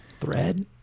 thread